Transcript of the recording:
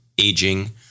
aging